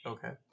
Okay